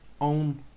own